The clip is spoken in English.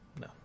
No